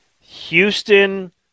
Houston